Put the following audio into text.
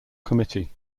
committee